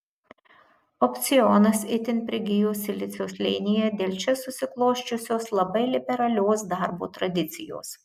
opcionas itin prigijo silicio slėnyje dėl čia susiklosčiusios labai liberalios darbo tradicijos